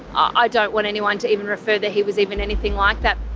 i don't want anyone to even refer that he was even anything like that.